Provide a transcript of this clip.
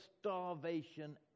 starvation